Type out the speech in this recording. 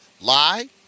lie